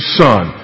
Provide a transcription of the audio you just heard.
son